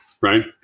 right